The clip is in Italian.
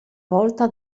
volta